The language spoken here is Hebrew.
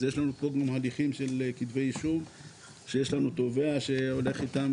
אז יש לנו פה הליכים של כתבי אישום ויש לנו תובע שהולך איתם